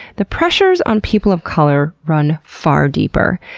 the pressures on people of color run far deeper.